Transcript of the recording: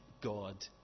God